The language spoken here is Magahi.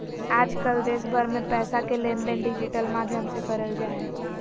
आजकल देश भर मे पैसा के लेनदेन डिजिटल माध्यम से करल जा हय